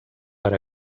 per